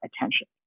attention